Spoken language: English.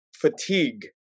fatigue